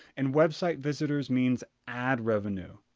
and website visitors means ad revenue.